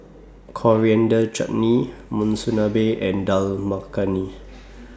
Coriander Chutney Monsunabe and Dal Makhani